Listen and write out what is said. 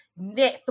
Netflix